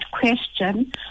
question